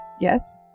yes